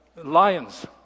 lions